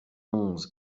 onze